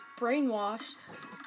brainwashed